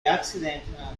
accident